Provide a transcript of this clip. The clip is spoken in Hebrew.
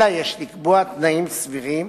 אלא יש לקבוע תנאים סבירים,